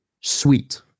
Sweet